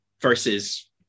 versus